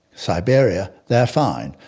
siberia, they are fine.